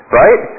right